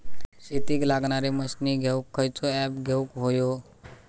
शेतीक लागणारे मशीनी घेवक खयचो ऍप घेवक होयो?